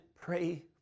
pray